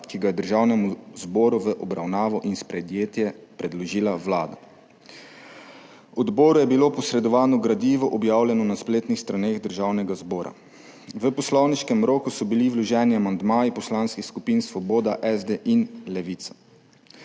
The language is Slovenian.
ki ga je Državnemu zboru v obravnavo in sprejetje predložila Vlada. Odboru je bilo posredovano gradivo, objavljeno na spletnih straneh Državnega zbora. V poslovniškem roku so bili vloženi amandmaji poslanskih skupin Svoboda, SD in Levica.